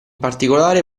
particolare